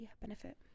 benefit